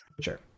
Sure